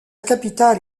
capitale